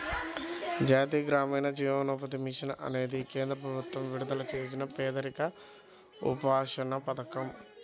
జాతీయ గ్రామీణ జీవనోపాధి మిషన్ అనేది కేంద్ర ప్రభుత్వం విడుదల చేసిన పేదరిక ఉపశమన పథకం